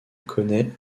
connait